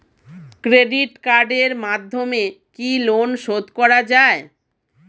Credit কার্ডের মাধ্যমে কি লোন শোধ করা যায়?